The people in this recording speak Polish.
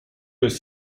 jest